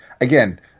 again